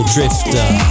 Drifter